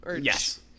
Yes